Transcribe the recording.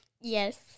Yes